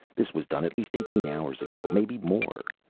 this was done at least eighteen hours ago, maybe more.